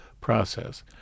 process